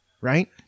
Right